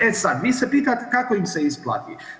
E sad, vi se pitate kako im se isplati?